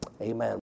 amen